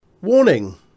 Warning